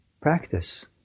practice